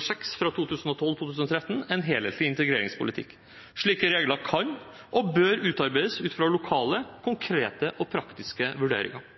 St. 6 for 2012–2013, En helhetlig integreringspolitikk. Slike regler kan og bør utarbeides ut fra lokale, konkrete og praktiske vurderinger.